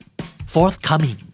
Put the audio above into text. Forthcoming